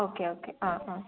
okay okay ആ ആ